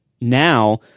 now